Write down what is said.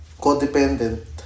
codependent